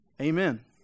Amen